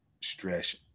stress